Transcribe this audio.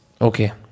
Okay